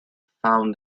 found